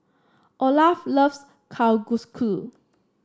Olaf loves Kalguksu